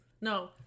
no